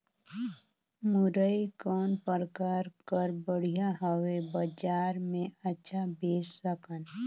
मुरई कौन प्रकार कर बढ़िया हवय? बजार मे अच्छा बेच सकन